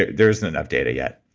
there isn't enough data yet.